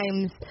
times